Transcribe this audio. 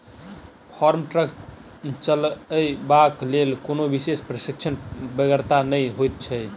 farm truck चलयबाक लेल कोनो विशेष प्रशिक्षणक बेगरता नै होइत छै